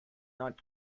not